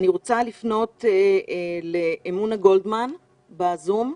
אני רוצה לפנות לאמונה גולדמן בזום.